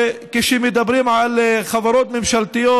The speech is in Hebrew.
וכשמדברים על חברות ממשלתיות,